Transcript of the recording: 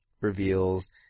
reveals